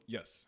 Yes